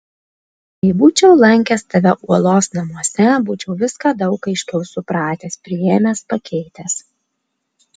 jei būčiau lankęs tave uolos namuose būčiau viską daug aiškiau supratęs priėmęs pakeitęs